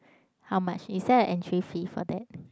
how much is there an entry fee for that